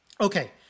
okay